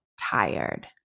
tired